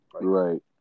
Right